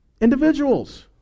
individuals